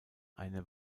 eine